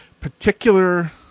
particular